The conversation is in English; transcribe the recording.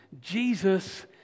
Jesus